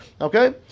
Okay